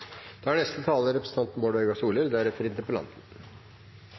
Da er neste taler